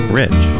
rich